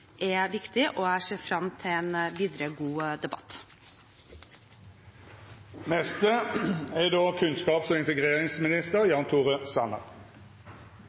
er viktig, og jeg ser frem til en god debatt videre. Den neste statsråden som skal svara, er kunnskaps- og integreringsministeren, Jan Tore Sanner.